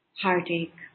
heartache